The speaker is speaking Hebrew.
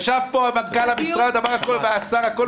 ישב פה מנכ"ל המשרד, אמר: הכול